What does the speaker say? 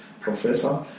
professor